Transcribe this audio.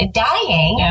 dying